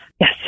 yes